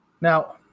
Now